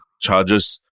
charges